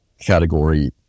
category